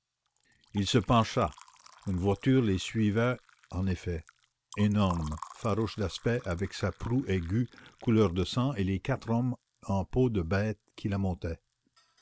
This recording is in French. ii se pencha une voiture les suivait en effet énorme farouche d'aspect avec sa proue aiguë couleur de sang et les quatre hommes en peau de bête qui la montaient